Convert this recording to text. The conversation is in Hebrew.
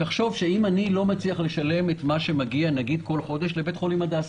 תחשוב שאם אני לא מצליח לשלם את מה שמגיע בכל חודש לבית חולים הדסה,